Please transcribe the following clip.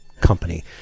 company